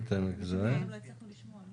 אני רק רוצה לתת לכם קצת יותר אינפורמציה,